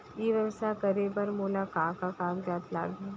ई व्यवसाय करे बर मोला का का कागजात लागही?